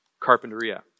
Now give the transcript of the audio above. Carpinteria